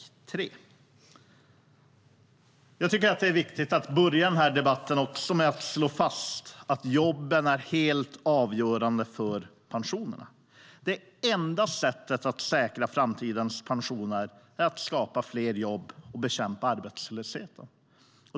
Jag tycker också att det är viktigt att börja debatten med att slå fast att jobben är helt avgörande för pensionerna. Det enda sättet att säkra framtidens pensioner är att skapa fler jobb och bekämpa arbetslösheten.